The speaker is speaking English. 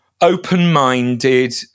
open-minded